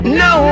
no